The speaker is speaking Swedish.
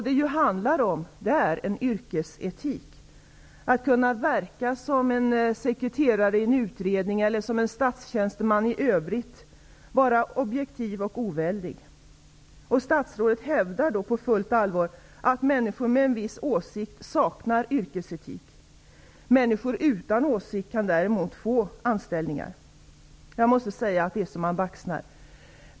Men här handlar det ju om yrkesetik, dvs. att kunna verka som en sekretare i en utredning, som en statstjänsteman i övrigt, objektivt och oväldigt. På fullt allvar hävdar statsrådet att människor med en viss åsikt saknar yrkesetik. Människor utan åsikt kan däremot anställas. Det är så att man baxnar, må jag säga.